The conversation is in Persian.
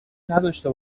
نداشته